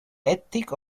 attic